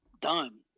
Done